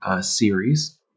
Series